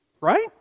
right